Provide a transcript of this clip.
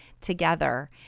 together